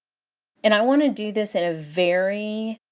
and i want to do this in a very,